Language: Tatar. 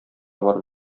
барып